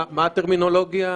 מה הטרמינולוגיה?